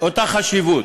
אותה חשיבות,